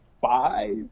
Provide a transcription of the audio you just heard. five